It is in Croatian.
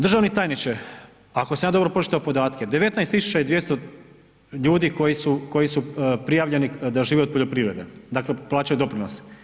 Državni tajniče, kao sam ja dobro poštovao podatke, 19 200 ljudi koji su prijavljeni da žive od poljoprivrede, dakle, plaćaju doprinose.